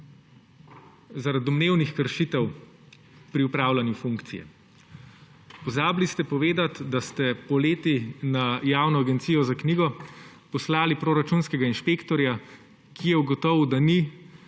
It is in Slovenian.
zaradi domnevnih kršitev pri opravljanju funkcije. Pozabili ste povedati, da ste poleti na Javno agencijo za knjigo poslali proračunskega inšpektorja, ki je ugotovil, da pri